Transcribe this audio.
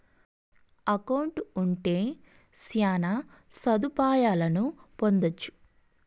account ఉంటే శ్యాన సదుపాయాలను పొందొచ్చు